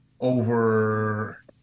over